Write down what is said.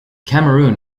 cameroon